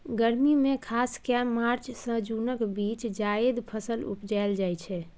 गर्मी मे खास कए मार्च सँ जुनक बीच जाएद फसल उपजाएल जाइ छै